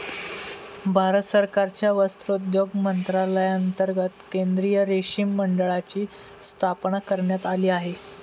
भारत सरकारच्या वस्त्रोद्योग मंत्रालयांतर्गत केंद्रीय रेशीम मंडळाची स्थापना करण्यात आली आहे